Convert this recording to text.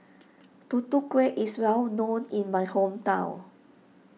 Tutu Kueh is well known in my hometown